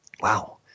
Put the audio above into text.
Wow